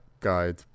guide